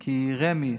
כי רמ"י,